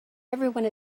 everyone